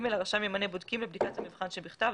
הרשם ימנה בודקים לבדיקת המבחן שבכתב,